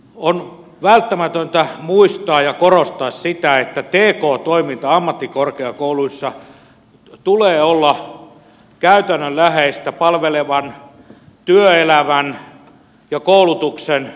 on välttämätöntä muistaa ja korostaa sitä että tk toiminnan ammattikorkeakouluissa tulee olla käytännönläheistä palvelevan työelämän ja koulutuksen yhteistyötä